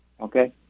okay